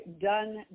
done